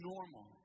Normal